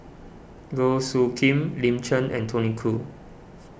Goh Soo Khim Lin Chen and Tony Khoo